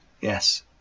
yes